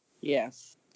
Yes